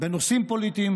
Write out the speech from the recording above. בנושאים פוליטיים,